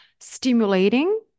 stimulating